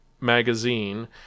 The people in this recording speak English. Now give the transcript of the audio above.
Magazine